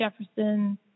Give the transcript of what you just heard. Jefferson